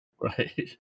right